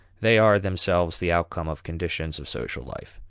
they are themselves the outcome of conditions of social life.